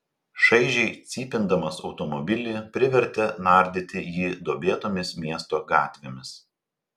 šaižiai cypindamas automobilį privertė nardyti jį duobėtomis miesto gatvėmis